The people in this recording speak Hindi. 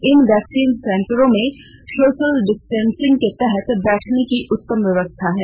इन वैक्सीन सेंटरों में सोशल डिस्टनसिंग के तहत बैठने की उत्तम व्यवस्था है